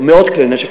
מאות כלי נשק,